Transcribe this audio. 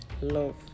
love